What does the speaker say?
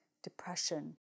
depression